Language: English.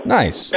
nice